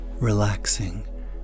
relaxing